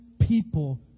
people